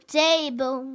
table